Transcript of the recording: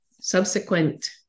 subsequent